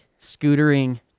scootering